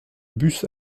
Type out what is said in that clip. bus